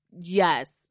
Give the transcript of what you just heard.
yes